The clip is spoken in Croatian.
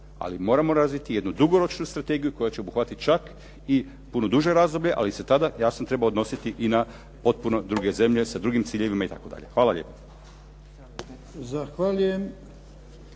Ali moramo razviti jednu dugoročnu strategiju koja će obuhvatiti čak i puno duže razdoblje, ali se tada jasno treba odnositi i na potpuno druge zemlje sa drugim ciljevima itd. Hvala lijepo.